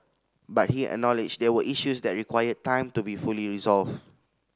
but he acknowledged there were issues that require time to be fully resolved